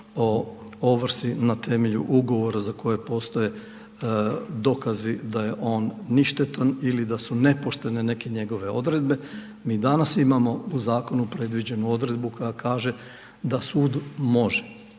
o ovrsi na temelju ugovora za koje postoje dokazi da je on ništetan ili da su nepoštene neke njegove odredbe. Mi danas imamo u zakonu predviđenu odredbu koja kaže da sud može,